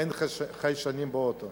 אין חיישנים באוטו.